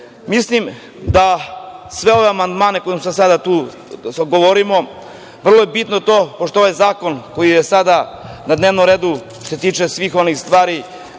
godina. Mislim da sve ove amandmane, o kojima sada govorimo, vrlo je bitno to, pošto zakon koji je sada na dnevnom redu se tiče svih onih stvari,